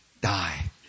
die